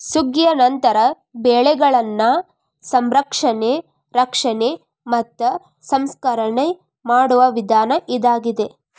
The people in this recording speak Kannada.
ಸುಗ್ಗಿಯ ನಂತರ ಬೆಳೆಗಳನ್ನಾ ಸಂರಕ್ಷಣೆ, ರಕ್ಷಣೆ ಮತ್ತ ಸಂಸ್ಕರಣೆ ಮಾಡುವ ವಿಧಾನ ಇದಾಗಿದೆ